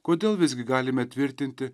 kodėl visgi galime tvirtinti